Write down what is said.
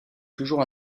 toujours